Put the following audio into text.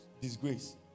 disgrace